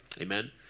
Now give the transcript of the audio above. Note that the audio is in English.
amen